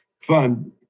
Fun